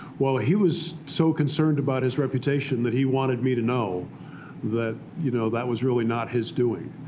well, he was so concerned about his reputation that he wanted me to know that you know that was really not his doing.